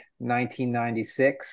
1996